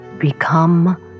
Become